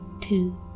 two